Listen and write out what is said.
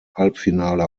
halbfinale